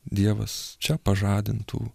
dievas čia pažadintų